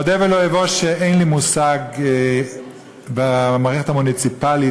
אודה ולא אבוש שאין לי מושג במערכת המוניציפלית,